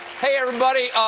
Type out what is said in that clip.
hey, everybody,